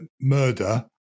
murder